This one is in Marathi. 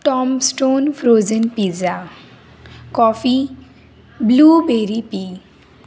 Tombstone frozen pizza coffee blueberry P